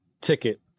Ticket